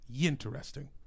Interesting